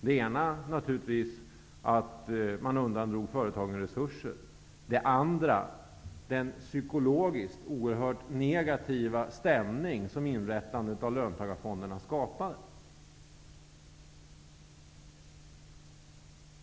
Den ena är naturligtvis att man undandrog företagen resurser. Den andra är den psykologiskt oerhört negativa stämning som inrättandet av löntagarfonderna skapade.